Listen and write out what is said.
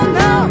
no